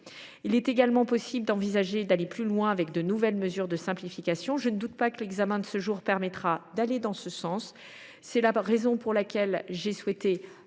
Il est également possible d’envisager d’aller plus loin avec de nouvelles mesures de simplification. Je ne doute pas que l’examen du texte aujourd’hui permettra d’aller dans ce sens. C’est la raison pour laquelle j’ai souhaité